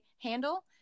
handle